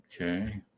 Okay